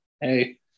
hey